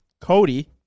Cody